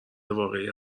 واقعی